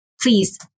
Please